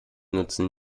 nutzen